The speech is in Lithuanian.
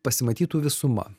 pasimatytų visuma